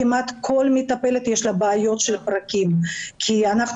כמעט לכל מטפלת יש בעיות של פרקים כי אנחנו